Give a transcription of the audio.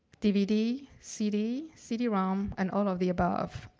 dvd, cd, cd rom and all of the above.